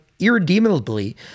irredeemably